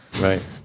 Right